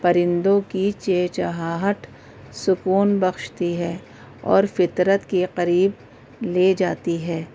پرندوں کی چہچہاہٹ سکون بخشتی ہے اور فطرت کے قریب لے جاتی ہے